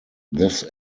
this